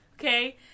okay